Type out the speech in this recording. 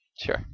Sure